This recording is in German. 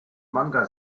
manga